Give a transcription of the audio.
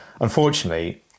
unfortunately